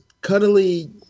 cuddly